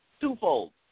twofold